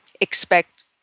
expect